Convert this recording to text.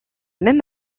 même